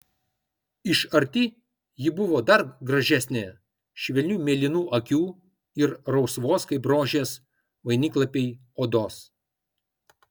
iš arti ji buvo dar gražesnė švelnių mėlynų akių ir rausvos kaip rožės vainiklapiai odos